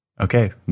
Okay